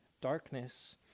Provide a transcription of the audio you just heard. darkness